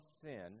sin